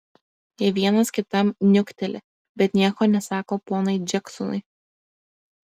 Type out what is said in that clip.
jie vienas kitam niukteli bet nieko nesako ponui džeksonui